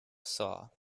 saw